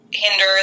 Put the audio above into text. hinder